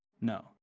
No